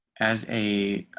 as a